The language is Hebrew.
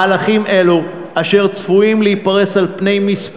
מהלכים אלו, אשר צפויים להיפרס על פני כמה שנים,